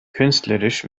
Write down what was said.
künstlerisch